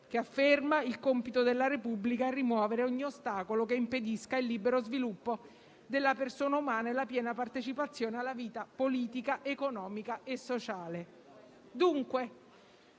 che afferma che è compito della Repubblica rimuovere ogni ostacolo che impedisca il libero sviluppo della persona umana e la piena partecipazione alla vita politica, economica e sociale.